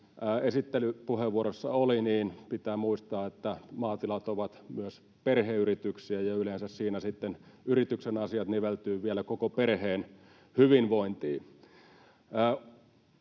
esittelypuheenvuorossa oli, niin pitää muistaa, että maatilat ovat myös perheyrityksiä, ja yleensä siinä sitten yrityksen asiat niveltyvät vielä koko perheen hyvinvointiin.